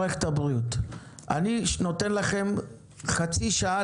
אני נותן לכם חצי שעה,